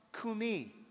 Kumi